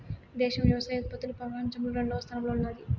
దేశం వ్యవసాయ ఉత్పత్తిలో పపంచంలో రెండవ స్థానంలో ఉన్నాది